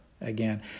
Again